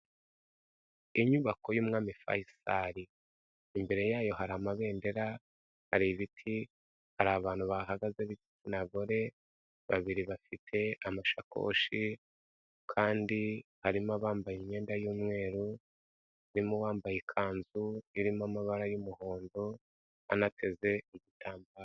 Inyubako y'umwami Faisal imbere yayo hari amabendera, hari ibiti, hari abantu bahagaze b'igitsina gore babiri bafite amashakoshe kandi harimo abambaye imyenda y'umweru harimo uwambaye ikanzu irimo amabara y'umuhondo anateze igitambaro.